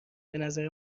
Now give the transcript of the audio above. بنظر